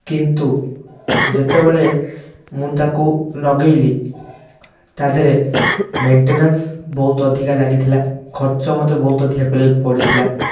କିନ୍ତୁ ଯେତେବେଳେ ମୁଁ ତାକୁ ଲଗେଇଲି ତା' ଦେହରେ ମେଣ୍ଟେନାନ୍ସ୍ ବହୁତ ଅଧିକା ଲାଗିଥିଲା ଖର୍ଚ୍ଚ ମତେ ବହୁତ ଅଧିକା କରିବାକୁ ପଡ଼ିଥିଲା